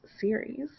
series